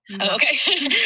Okay